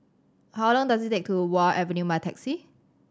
how long does it take to Wharf Avenue by taxi